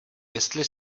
jestli